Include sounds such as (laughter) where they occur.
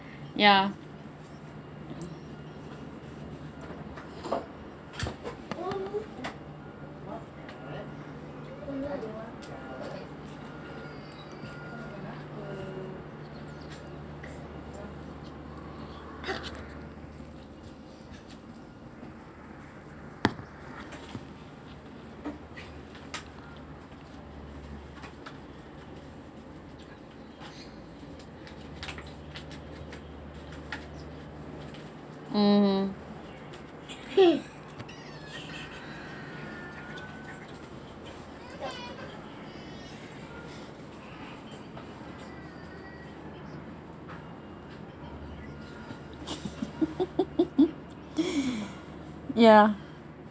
ya mmhmm (laughs) ya